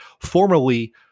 formerly